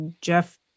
Jeff